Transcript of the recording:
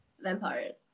Vampires